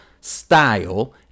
style